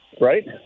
right